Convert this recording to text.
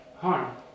harm